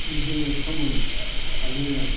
जोङो खामानि हालएवनाय